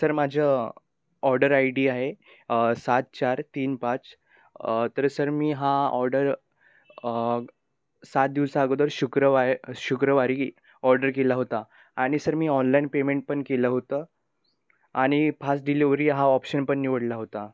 sir माझं order I D आहे सात चार तीन पाच तर सर मी हा ऑडर सात दिवसाअगोदर शुक्रवार शुक्रवारी ऑडर केला होता आणि सर मी ऑनलाईन पेमेंट पण केलं होतं आणि फास्ट डिलिवरी हा ऑप्शन पण निवडला होता